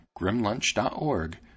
grimlunch.org